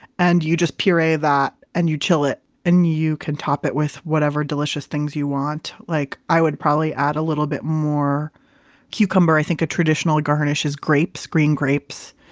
and you just puree that and you chill it and you can top it with whatever delicious things you want. like i would probably add a little bit more cucumber. i think a traditional garnish is grapes, green grapes.